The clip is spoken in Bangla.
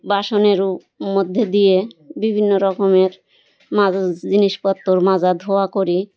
বাসনেরও মধ্যে দিয়ে বিভিন্ন রকমের মাজা জিনিসপত্র মাজা ধোওয়া করি